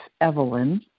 Evelyn